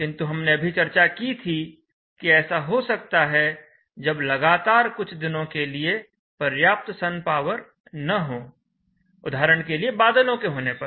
किंतु हमने अभी चर्चा की थी कि ऐसा हो सकता है जब लगातार कुछ दिनों के लिए पर्याप्त सन पावर न हो उदाहरण के लिए बादलों के होने पर